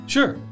Sure